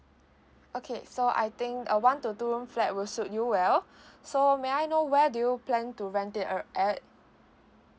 okay so I think a one to two room flat will suit you well so may I know where do you plan to rent it err at